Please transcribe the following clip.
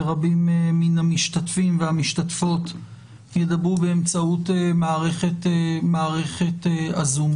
ורבים מן המשתתפים והמשתתפות ידברו באמצעות מערכת הזום.